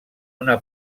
una